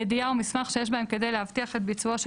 "ידיעה או מסמך שיש בהם כדי להבטיח את ביצוען של